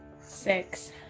Six